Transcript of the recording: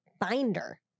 binder